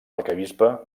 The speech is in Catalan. arquebisbe